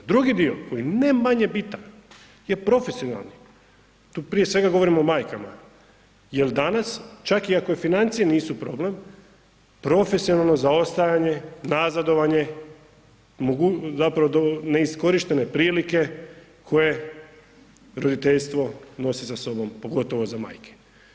Drugi dio koji ne manje bitan je profesionalni, tu prije svega govorim o majkama, jer danas čak i ako financije nisu problem, profesionalno zaostajanje, nazadovanje, zapravo neiskorištene prilike koje roditeljstvo nosi za sobom, pogotovo za majke.